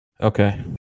Okay